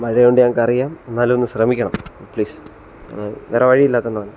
മഴയുണ്ട് ഞങ്ങൾക്കറിയാം എന്നാലും ഒന്ന് ശ്രമിക്കണം പ്ളീസ് വേറെ വഴി ഇല്ലാത്തത് കൊണ്ടാണ്